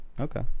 Okay